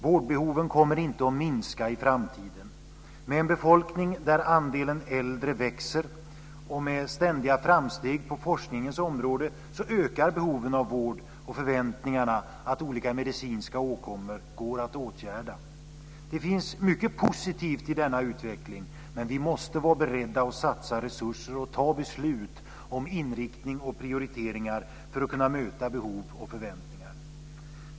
Vårdbehoven kommer inte att minska i framtiden. Med en befolkning där andelen äldre växer och med ständiga framsteg på forskningens område ökar behoven av vård och förväntningarna på att olika medicinska åkommor går att åtgärda. Det finns mycket positivt i denna utveckling, men vi måste vara beredda att satsa resurser och fatta beslut om inriktning och prioriteringar för att kunna möta behov och förväntningar.